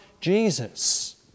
Jesus